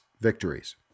victories